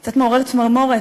קצת מעורר צמרמורת,